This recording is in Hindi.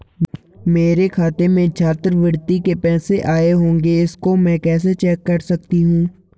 मेरे खाते में छात्रवृत्ति के पैसे आए होंगे इसको मैं कैसे चेक कर सकती हूँ?